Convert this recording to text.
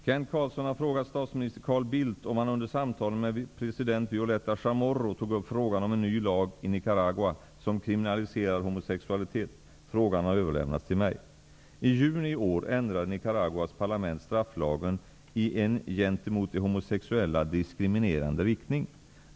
Herr talman! Kent Carlsson har frågat statsminister Violeta Chamorro tog upp frågan om en ny lag i Nicaragua som kriminaliserar homosexualitet. Frågan har överlämnats till mig. I juni i år ändrade Nicaraguas parlament strafflagen i en gentemot de homosexuella diskriminerande riktning.